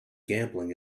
gambling